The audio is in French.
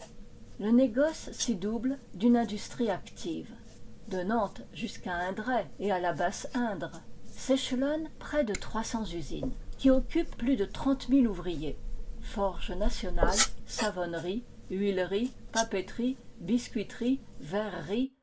le négoce s'y double d'une industrie active de nantes jusqu'à indret et à la basse indre s'échelonnent près de trois cents usines qui occupent plus de trente mille ouvriers forges nationales savonneries huileries papeteries biscuiteries verreries